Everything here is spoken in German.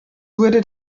wurde